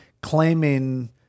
claiming